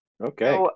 Okay